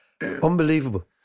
Unbelievable